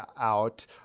out